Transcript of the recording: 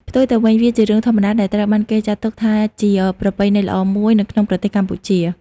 ផ្ទុយទៅវិញ វាជារឿងធម្មតាដែលត្រូវបានគេចាត់ទុកថាជាប្រពៃណីល្អមួយនៅក្នុងប្រទេសកម្ពុជា។